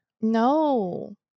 no